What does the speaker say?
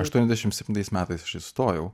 aštuoniasdešimt septintais metais aš įstojau